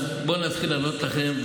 אז אני אתחיל לענות לכם,